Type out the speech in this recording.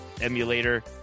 emulator